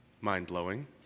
Mind-blowing